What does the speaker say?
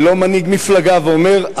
ולא מנהיג מפלגה ואומר,